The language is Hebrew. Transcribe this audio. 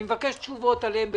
אני מבקש תשובות עליהן בקצרה.